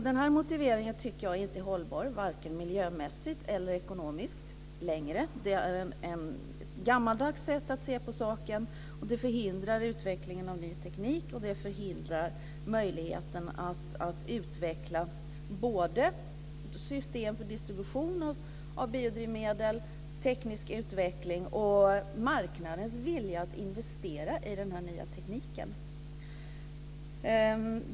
Den motiveringen är enligt min mening inte längre hållbar, vare sig miljömässigt eller ekonomiskt, utan det är ett gammaldags sätt att se på saken. Utvecklingen av ny teknik förhindras. Det gäller också möjligheterna att utveckla system för distribution av biodrivmedel och teknisk utveckling samt marknadens vilja att investera i den här nya tekniken.